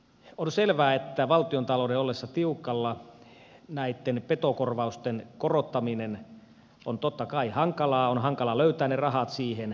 on selvää että valtiontalouden ollessa tiukalla näitten petokorvausten korottaminen on hankalaa on hankala löytää ne rahat siihen